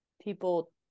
people